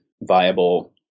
viable